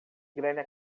grelha